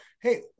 hey